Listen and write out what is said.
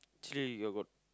actually you got what